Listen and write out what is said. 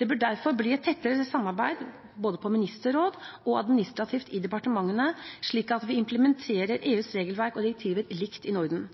Det bør derfor bli et tettere samarbeid både i Ministerrådet og administrativt i departementene, slik at vi implementerer EUs regelverk og direktiver likt i Norden.